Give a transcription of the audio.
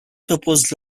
proposed